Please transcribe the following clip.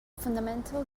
fundamental